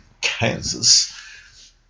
Kansas